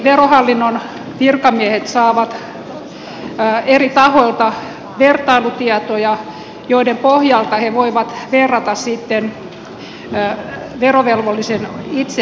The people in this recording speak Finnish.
verohallinnon virkamiehet saavat eri tahoilta vertailutietoja joiden pohjalta he voivat verrata sitten verovelvollisen itse ilmoittamia tietoja